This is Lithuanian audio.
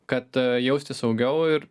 kad jaustis saugiau ir